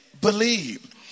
believe